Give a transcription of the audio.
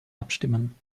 abstimmen